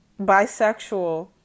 bisexual